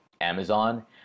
Amazon